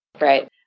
right